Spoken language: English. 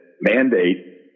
mandate